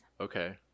Okay